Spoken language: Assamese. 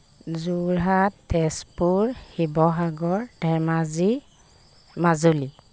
যোৰহাট তেজপুৰ শিৱসাগৰ ধেমাজি মাজুলী